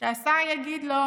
והשר יגיד לו: